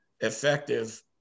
effective